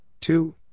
Two